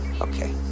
Okay